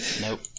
Nope